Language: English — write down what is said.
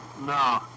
No